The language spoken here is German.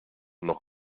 noch